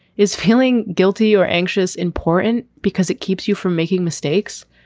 is feeling guilty or anxious? important because it keeps you from making mistakes.